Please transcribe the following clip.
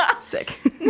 sick